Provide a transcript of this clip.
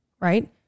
right